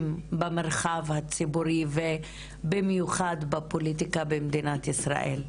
במרחב הציבורי ובמיוחד בפוליטיקה במדינת ישראל,